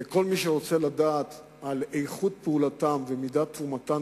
וכל מי שרוצה לדעת על איכות פעולתם ומידת תרומתם